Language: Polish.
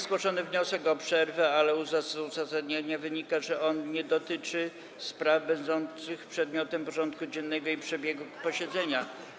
Zgłoszono wniosek o przerwę, ale z uzasadnienia wynika, że on nie dotyczy spraw będących przedmiotem porządku dziennego ani przebiegu posiedzenia.